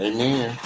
Amen